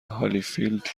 هالیفیلد